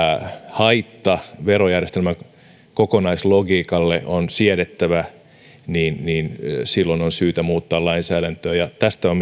haitta verojärjestelmän kokonaislogiikalle on siedettävä niin niin silloin on syytä muuttaa lainsäädäntöä ja tästä on